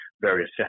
various